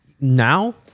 Now